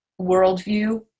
worldview